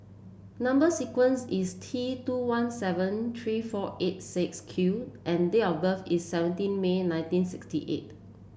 number sequence is T two one seven three four eight six Q and date of birth is seventeen May nineteen sixty eight